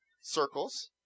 circles